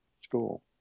school